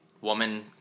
woman